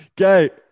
Okay